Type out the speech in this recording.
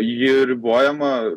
ji ribojama